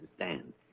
understand